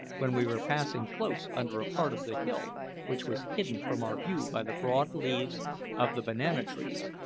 when we were passing close under a part of the hill which was hidden from our view by the broad leaves of the banana-trees,